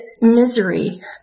misery